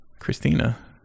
Christina